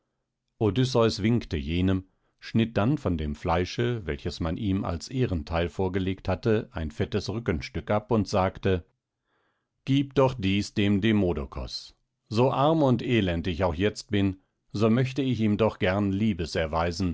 odysseus winkte jenem schnitt dann von dem fleische welches man ihm als ehrenteil vorgelegt hatte ein fettes rückenstück ab und sagte gieb doch dies dem demodokos so arm und elend ich auch jetzt bin so möchte ich ihm doch gern